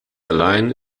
alleine